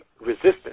resistance